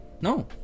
no